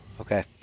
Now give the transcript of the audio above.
Okay